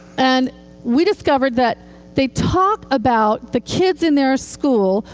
and we discovered that they talk about the kids in their school,